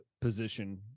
position